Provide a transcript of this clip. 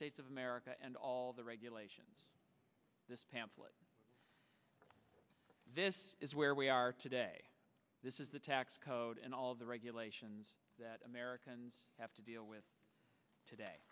states of america and all the regulations this pamphlet this is where we are today this is the tax code and all the regulations that americans have to deal with today